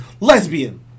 lesbian